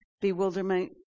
bewilderment